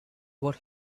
what